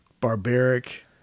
barbaric